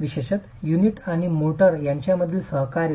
विशेषत युनिट आणि मोर्टार यांच्यामधील सहकार्य